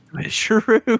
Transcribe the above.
true